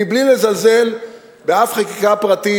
מבלי לזלזל באף חקיקה פרטית,